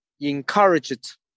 encouraged